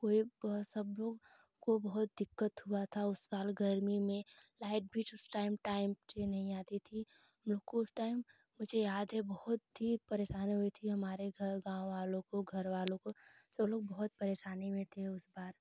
कोई सब लोग को बहुत दिक्कत हुआ था उस साल गर्मी में लाइट भी उस टाइम टाइम से नहीं आती थी हम लोग को उस टाइम मुझे याद है बहुत ही परेशानी हुई थी हमारे घर गाँव वालों को घर वालों को सब लोग बहुत परेशानी में थे उस बार